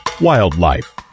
Wildlife